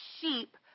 sheep